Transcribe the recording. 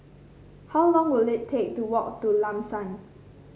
how long will it take to walk to Lam San